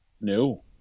No